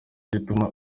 zituma